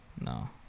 No